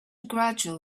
gradual